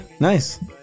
Nice